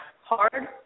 hard